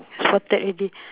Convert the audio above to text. spotted already